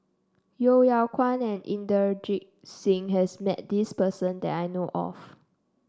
Yeo Yeow Kwang and Inderjit Singh has met this person that I know of